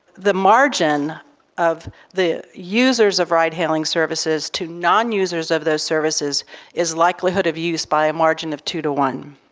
the margin of the users of ride-hailing services to non-users of those services is likelihood of use by a margin of two to one.